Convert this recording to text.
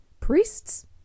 Priests